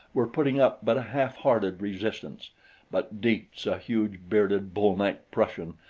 were putting up but a half-hearted resistance but dietz, a huge, bearded, bull-necked prussian,